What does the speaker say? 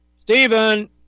Stephen